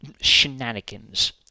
shenanigans